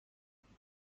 پیاده